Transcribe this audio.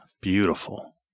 Beautiful